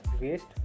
waste